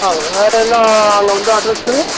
வேறு என்னா அங்கே வந்து அட்ரஸ்ஸு